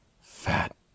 Fat